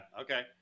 okay